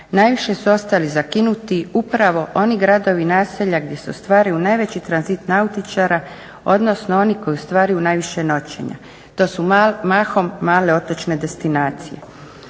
najviše su ostali zakinuti upravo oni gradovi i naselja gdje su ostvario najveći tranzit nautičara, odnosno oni koji ostvaruju najviše noćenja. To su mahom male otočne destinacije.